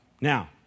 Now